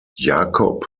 jacob